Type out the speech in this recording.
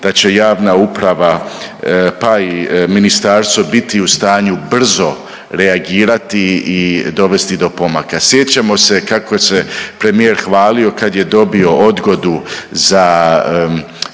da će javna uprava, pa i ministarstvo biti u stanju brzo reagirati i dovesti do pomaka. Sjećamo se kako se premijer hvalio kad je dobio odgodu za